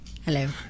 Hello